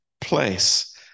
place